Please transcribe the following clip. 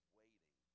waiting